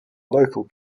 local